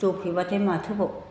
जौफेबाथाय माथोबाव